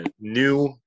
new